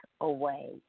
away